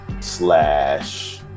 slash